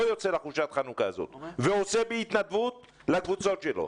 לא יוצא לחופשת החנוכה הזאת ועושה בהתנדבות לקבוצות שלו.